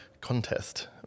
contest